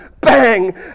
Bang